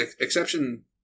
exception